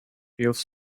feels